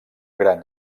gran